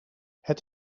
het